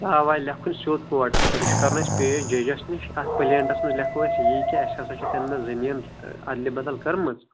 اَوا لٮ۪کھُن seed coats پٮ۪ٹھ یہِ چھُ کَرُن اَسہِ پیش ججَس نِش اتھ پلینٹس منٛز لٮ۪کھو أسۍ یی کہِ اَسہِ ہسا چھِ تمہِ دۄہ زٔمیٖن ادلہٕ بدل کٔرمٕژ